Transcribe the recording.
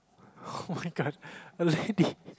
oh-my-god already